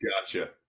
Gotcha